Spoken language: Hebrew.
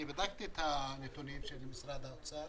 בדקתי את הנתונים של משרד האוצר